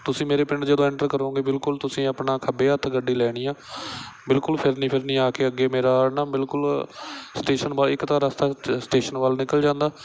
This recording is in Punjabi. ਤੁਸੀਂ ਮੇਰੇ ਪਿੰਡ ਜਦੋਂ ਐਂਟਰ ਕਰੋਗੇ ਬਿਲਕੁਲ ਤੁਸੀਂ ਆਪਣਾ ਖੱਬੇ ਹੱਥ ਗੱਡੀ ਲੈਣੀ ਆ ਬਿਲਕੁਲ ਫਿਰਨੀ ਫਿਰਨੀ ਆ ਕੇ ਅੱਗੇ ਮੇਰਾ ਨਾ ਬਿਲਕੁਲ ਸਟੇਸ਼ਨ ਬਾਇਕ ਦਾ ਰਸਤਾ ਸਟ ਸਟੇਸ਼ਨ ਵੱਲ ਨਿਕਲ ਜਾਂਦਾ